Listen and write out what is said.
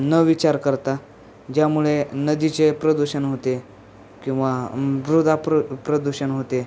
न विचार करता ज्यामुळे नदीचे प्रदूषण होते किंवा मृदा प्र प्रदूषण होते